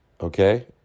Okay